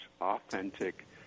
authentic